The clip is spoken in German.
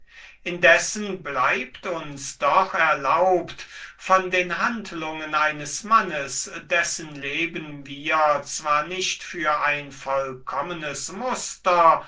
indessen bleibt uns doch erlaubt von den handlungen eines mannes dessen leben wir zwar nicht für ein muster